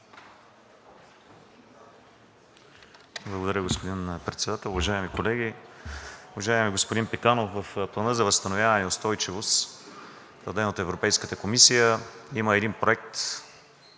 Благодаря, господин Председател. Уважаеми колеги! Уважаеми господин Пеканов, в Плана за възстановяване и устойчивост, утвърден от Европейската комисия, има един проект